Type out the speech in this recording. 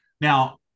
now